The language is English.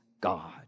God